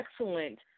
excellent